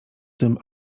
tym